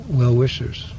well-wishers